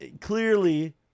clearly